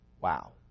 Wow